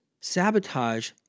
Sabotage